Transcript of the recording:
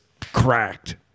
cracked